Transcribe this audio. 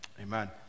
Amen